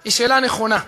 היא שאלה נכונה.